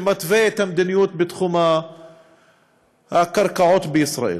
היא מתווה את המדיניות בתחום הקרקעות בישראל.